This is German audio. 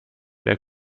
der